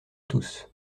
tous